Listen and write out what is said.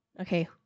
Okay